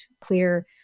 clear